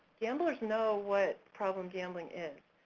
gamblers know what problem gambling is,